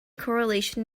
correlation